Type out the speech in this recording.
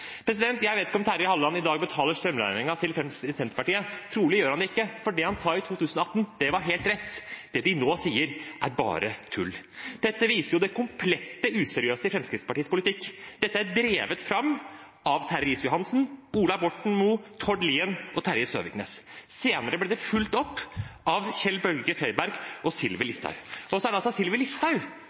Jeg vet ikke om Terje Halleland i dag betaler strømregningen til Senterpartiet. Trolig gjør han det ikke, for det han sa i 2018, var helt rett. Det de nå sier, er bare tull og viser det komplett useriøse i Fremskrittspartiets politikk. Dette er drevet fram av Terje Riis-Johansen, Ola Borten Moe, Tord Lien og Terje Søviknes. Senere ble det fulgt opp av Kjell-Børge Freiberg og Sylvi Listhaug. Og det er altså Sylvi Listhaug